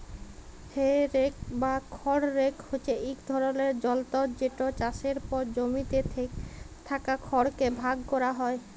হে rake বা খড় rake হছে ইক ধরলের যলতর যেট চাষের পর জমিতে থ্যাকা খড়কে ভাগ ক্যরা হ্যয়